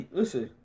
listen